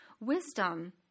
wisdom